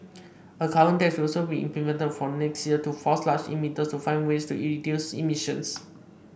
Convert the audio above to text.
a carbon tax will also be implemented from next year to force large emitters to find ways to reduce emissions